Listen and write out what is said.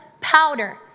powder